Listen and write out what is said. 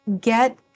get